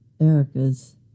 Erica's